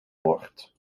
wordt